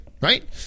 Right